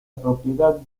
propiedad